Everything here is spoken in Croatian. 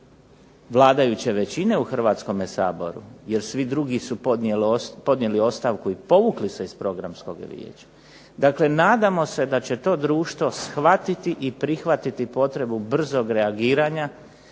vladajuće većine u Hrvatskom saboru, jer svi drugi su podnijeli ostavku i povukli se iz Programskog vijeća, nadam se da će to društvo shvatiti i prihvatiti potrebu brzog reagiranja